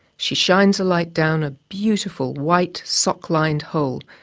she shines a light down a beautiful, white sock-lined hole.